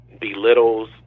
belittles